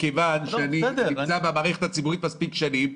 מכיוון שאני נמצא במערכת הציבורית מספיק שנים,